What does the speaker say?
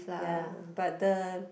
ya but the